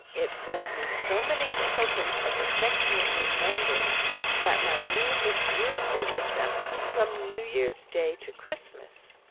it brought me so many tokens of affectionate remembrance that my room was beautiful with them from new year's day to christmas.